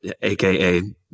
aka